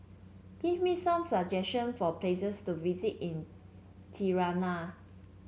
give me some suggestion for places to visit in Tirana